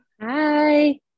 Hi